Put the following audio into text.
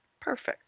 Perfect